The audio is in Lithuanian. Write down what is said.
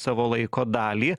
savo laiko dalį